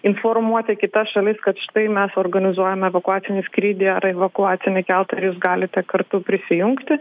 informuoti kitas šalis kad štai mes organizuojame evakuacinį skrydį ar evakuacinį keltą ir jūs galite kartu prisijungti